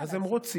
אז הם רוצים.